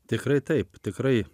tikrai taip tikrai